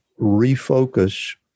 refocus